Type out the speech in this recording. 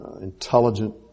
intelligent